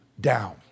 down